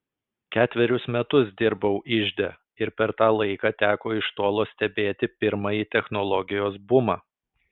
ketverius metus dirbau ižde ir per tą laiką teko iš tolo stebėti pirmąjį technologijos bumą